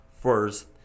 first